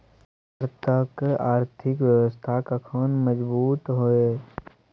भारतक आर्थिक व्यवस्था कखन मजगूत होइत?